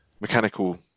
mechanical